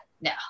no